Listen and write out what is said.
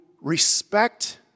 respect